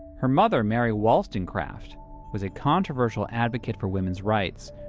her mother mary wollstonecraft was a controversial advocate for women! s rights,